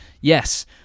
yes